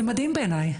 זה מדהים בעיניי.